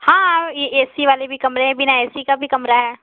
हाँ A C वाले भी कमरे हैं बिना ए सी का भी कमरा है